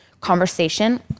conversation